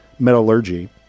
metallurgy